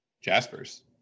Jaspers